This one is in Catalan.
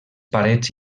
parets